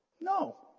No